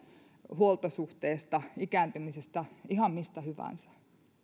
huoltosuhteesta ikääntymisestä ihan mistä hyvänsä